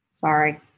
Sorry